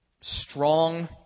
strong